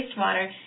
wastewater